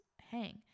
hang